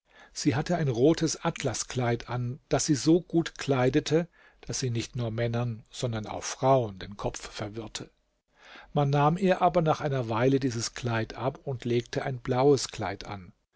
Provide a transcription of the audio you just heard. sie hatte ein rotes atlaskleid an daß sie so gut kleidete daß sie nicht nur männern sondern auch frauen den kopf verwirrte man nahm ihr aber nach einer weile dieses kleid ab und legte ein blaues kleid an